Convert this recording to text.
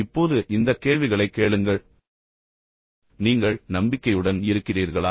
இப்போது இந்தக் கேள்விகளைக் கேளுங்கள் நீங்கள் நம்பிக்கையுடன் இருக்கிறீர்களா